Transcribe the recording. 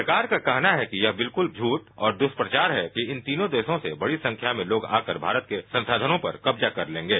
सरकार का कहना है कि ये बिलक्ल झूठ और दुष्प्रचार है कि इन तीनों देशों से बड़ी संख्या में लोग आकर भारत के संसाधनों पर कब्जा कर लेंगे